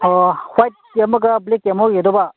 ꯑꯥ ꯍ꯭ꯋꯥꯏꯠꯀꯤ ꯑꯃꯒ ꯕ꯭ꯂꯦꯛꯀꯤ ꯑꯃ ꯑꯣꯏꯒꯗꯕ